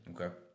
Okay